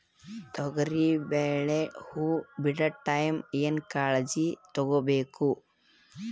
ತೊಗರಿಬೇಳೆ ಹೊವ ಬಿಡ ಟೈಮ್ ಏನ ಕಾಳಜಿ ತಗೋಬೇಕು?